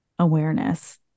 Awareness